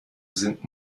sind